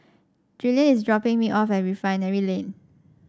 Julianne is dropping me off at Refinery Lane